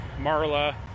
Marla